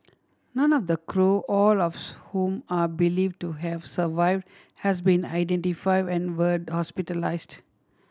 none of the crew all of whom are believed to have survived has been identified and were hospitalised